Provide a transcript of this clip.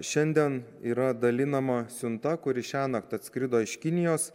šiandien yra dalinama siunta kuri šiąnakt atskrido iš kinijos